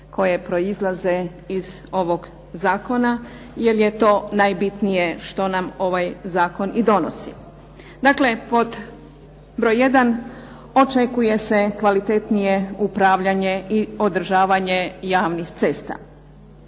koje proizlaze iz ovog zakona jer je to najbitnije što nam ovaj zakon i donosi. Dakle, pod broj jedan očekuje se kvalitetnije upravljanje i održavanje javnih cesta.